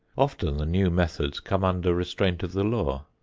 often the new methods come under restraint of the law.